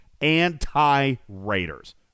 anti-Raiders